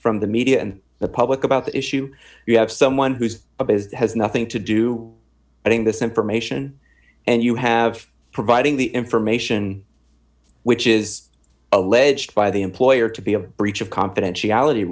from the media and the public about the issue you have someone who's up as has nothing to do i think this information and you have providing the information which is alleged by the employer to be a breach of confidentiality